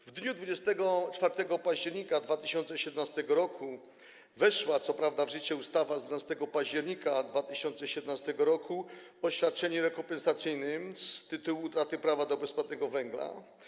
W dniu 24 października 2017 r. weszła co prawda w życie ustawa z 12 października 2017 r. o świadczeniu rekompensacyjnym z tytułu utraty prawa do bezpłatnego węgla.